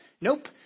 Nope